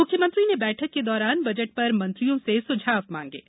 मुख्यमंत्री ने बैठक के दौरान बजट पर मंत्रियों से सुझाव मांगे हैं